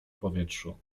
powietrzu